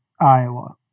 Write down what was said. Iowa